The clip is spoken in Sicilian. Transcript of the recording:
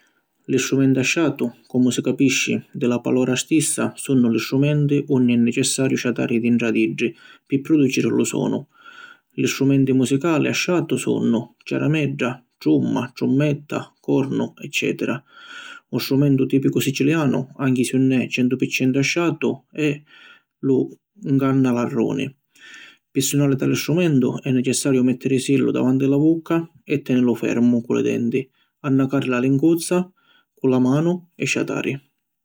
Li strumenti a ciatu, comu si capisci di la palora stissa, sunnu li strumenti unni è necessariu ciatari dintra d’iddi pi produciri lu sonu. Li strumenti musicali a ciatu sunnu: Ciaramedda, Trumma, Trummetta, Cornu, eccetera. Un strumentu tipicu sicilianu, anchi si ‘un è centu pi centu a ciatu, è lu Ngannalarruni. Pi sunari tali strumentu è necessariu mettirisillu davanti la vucca e tenilu fermu cu li denti, annacari na linguuzza cu la manu e ciatari.